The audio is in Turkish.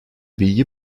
bilgi